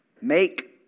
Make